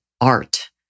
art